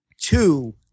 two